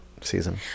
season